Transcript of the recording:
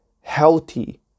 healthy